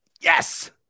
Yes